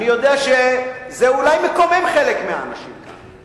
אני יודע שזה אולי מקומם חלק מהאנשים כאן,